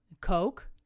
coke